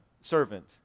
servant